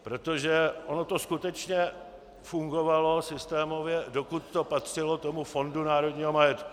Protože ono to skutečně fungovalo systémově, dokud to patřilo tomu Fondu národního majetku.